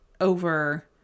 over